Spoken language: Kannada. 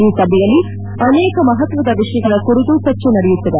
ಈ ಸಭೆಯಲ್ಲಿ ಅನೇಕ ಮಹತ್ವದ ವಿಷಯಗಳ ಕುರಿತು ಚರ್ಚೆ ನಡೆಯುತ್ತವೆ